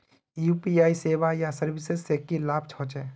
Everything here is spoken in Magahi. यु.पी.आई सेवाएँ या सर्विसेज से की लाभ होचे?